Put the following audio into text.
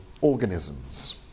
organisms